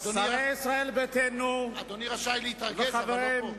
אדוני רשאי להתרגז, אבל לא פה.